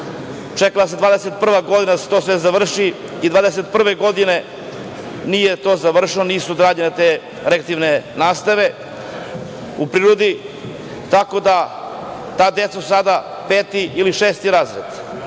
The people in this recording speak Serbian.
se 2021. godina da se to sve završi i 2021. godine nije to završeno, nisu odrađene te rekreativne nastave u prirodi. Ta deca su sada peti ili šesti razred